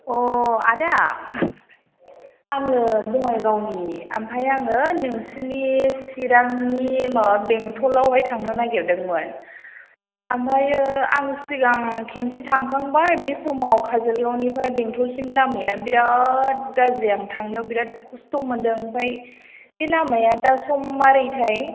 आदा आङो बङाइगावनि ओमफ्राय आङो नोंसोरनि चिरांनि माबा बेंटलावहाय थांनो नागिरदोंमोन ओमफ्राय आं सिगां खनसे थांखांबाय बे समाव काजोलगावनिफ्राय बेंटलसिम लामाया बेराद गाज्रियानो थांनायाव बेराद खस्थ' मोनदों ओमफ्राय बे लामाया दा सम माबोरैथाय